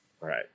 right